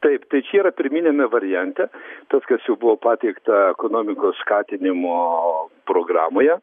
taip tai čia yra pirminiame variante tas kas jau buvo pateikta ekonomikos skatinimo programoje